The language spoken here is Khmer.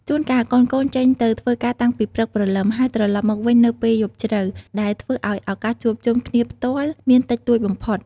ជួនកាល កូនៗចេញទៅធ្វើការតាំងពីព្រឹកព្រលឹម ហើយត្រឡប់មកវិញនៅពេលយប់ជ្រៅ ដែលធ្វើឲ្យឱកាសជួបជុំគ្នាផ្ទាល់មានតិចតួចបំផុត។